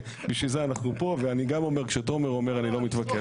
בשביל זה אנחנו פה ואני גם אומר שכשתומר אומר אני לא מתווכח.